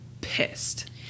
pissed